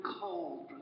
cold